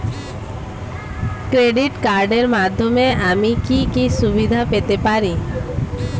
Credit কার্ডের মাধ্যমে আমি কি কি সুবিধা পেতে পারি?